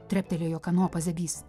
treptelėjo kanopa zebys